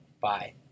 Bye